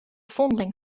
vondeling